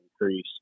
increase